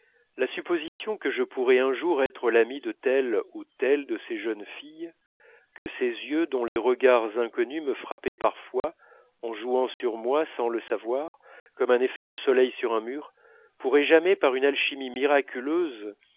la supposition que je pourrais un jour être l'ami de telle ou telle de ces jeunes filles que ces yeux dont les regards inconnus me frappaient parfois en jouant sur moi sans le savoir comme un effet de soleil sur un mur pourraient jamais par une alchimie miraculeuse